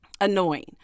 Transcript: annoying